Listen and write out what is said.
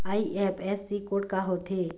IFSC code का होथे?